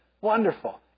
Wonderful